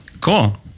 Cool